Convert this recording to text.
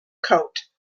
coat